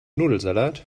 nudelsalat